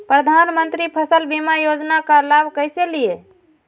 प्रधानमंत्री फसल बीमा योजना का लाभ कैसे लिये?